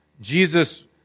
Jesus